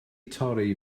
torri